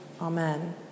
Amen